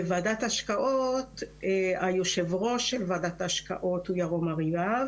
בוועדת ההשקעות היו"ר שלה הוא ירום אריאב,